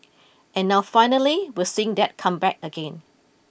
and now finally we're seeing that come back again